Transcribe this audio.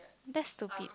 that's stupid